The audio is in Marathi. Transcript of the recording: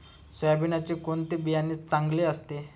सोयाबीनचे कोणते बियाणे चांगले असते?